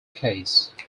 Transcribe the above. case